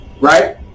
Right